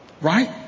Right